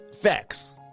Facts